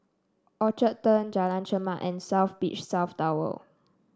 Orchard Turn Jalan Chermat and South Beach South Tower